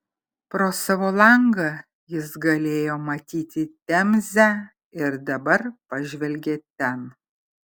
pro savo langą jis galėjo matyti temzę ir dabar pažvelgė ten